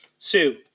Sue